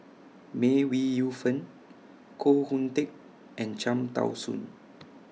May Ooi Yu Fen Koh Hoon Teck and Cham Tao Soon